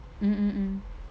mm mm mm